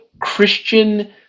Christian